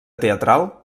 teatral